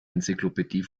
enzyklopädie